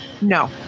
no